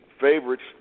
favorites